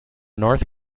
north